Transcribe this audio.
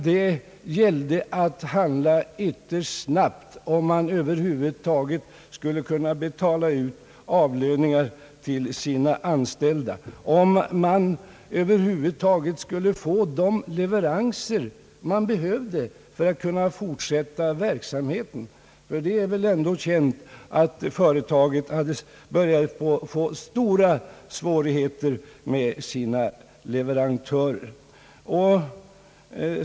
Det gällde att handla ytterst snabbt, om man över huvud taget skulle kunna betala ut avlöningarna till sina anställda och om man skulle få de leveranser man behövde för att fortsätta verksamheten. Det är väl ändå känt att företaget hade börjat få stora svårigheter med sina l1everantörer.